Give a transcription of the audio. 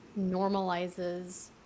normalizes